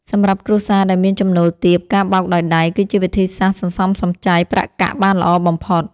សម្រាប់គ្រួសារដែលមានចំណូលទាបការបោកដោយដៃ គឺជាវិធីសាស្ត្រសន្សំសំចៃប្រាក់កាក់បានល្អបំផុត។